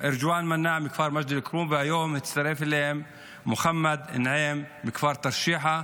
וארג'ואן מנאע ממג'ד אל כרום והיום הצטרף אליהם מוחמד נעים מכפר תרשיחא.